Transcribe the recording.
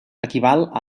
equival